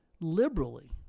liberally